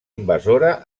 invasora